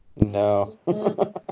no